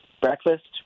breakfast